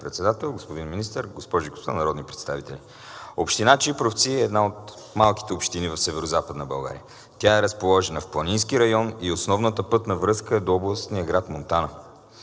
Председател. Господин Министър, госпожи и господа народни представители! Община Чипровци е една от малките общини в Северозападна България. Тя е разположена в планински район и основната пътна връзка е до областния град Монтана.